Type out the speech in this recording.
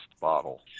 bottle